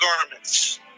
garments